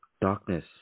Darkness